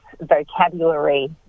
vocabulary